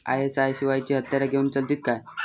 ISI शिवायची हत्यारा घेऊन चलतीत काय?